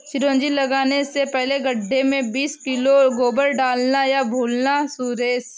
चिरौंजी लगाने से पहले गड्ढे में बीस किलो गोबर डालना ना भूलना सुरेश